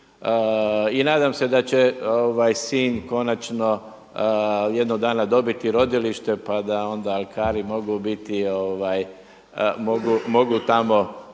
I nadam se da će Sinj konačno jednog dana dobiti rodilište pa da onda alkari mogu biti,